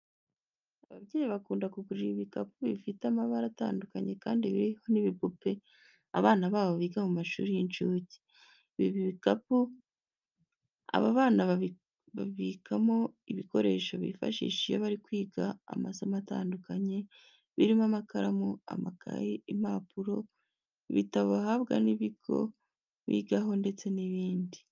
Ababyeyi bakunda kugurira ibikapu bifite amabara atandukanye, kandi biriho n'ibipupe abana babo biga mu mashuri y'inshuke. Ibi bikapu aba bana babibikamo ibikoresho bifashisha iyo bari kwiga amasomo atandukanye birimo amakaramu, amakayi, impapuro, ibitabo bahabwa n'ibigo bigaho ndetse n'ibindi.